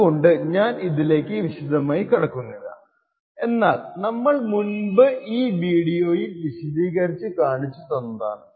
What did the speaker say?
അതുകൊണ്ട് ഞാൻ ഇതിലേക്ക് വിശദമായി കടക്കുന്നില്ല എന്നാൽ നമ്മൾ മുൻപ് ഈ വീഡിയോയിൽ വിശദീകരിച്ചു കാണിച്ചു തന്നതാണ്